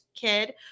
kid